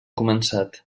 començat